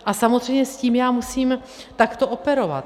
A samozřejmě s tím já musím takto operovat.